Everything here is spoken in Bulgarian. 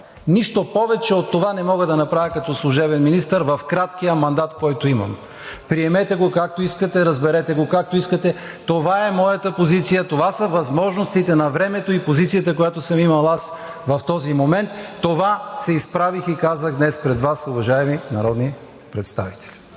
Нищо повече от това не мога да направя като служебен министър в краткия мандат, който имам. Приемете го, както искате, разберете го, както искате, това е моята позиция, това са възможностите на времето и позицията, която съм имал аз в този момент, това се изправих и казах днес пред Вас, уважаеми народни представители.